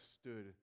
stood